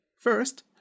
First